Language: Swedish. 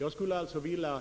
Jag skulle alltså vilja